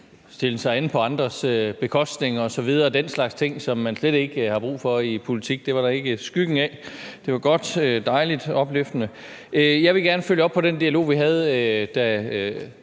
stillen sig an på andres bekostning og den slags ting, som man slet ikke har brug for i politik – det var der ikke skyggen af. Det var godt, dejligt og opløftende. Jeg vil gerne følge op på den dialog, vi havde, da